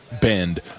bend